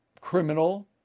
criminal